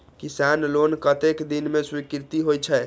किसान लोन कतेक दिन में स्वीकृत होई छै?